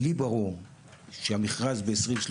לי ברור שהמכרז ב- 2030,